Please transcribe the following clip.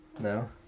No